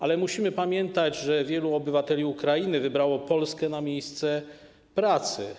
Ale musimy pamiętać, że wielu obywateli Ukrainy wybrało Polskę na miejsce pracy.